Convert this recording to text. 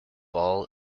all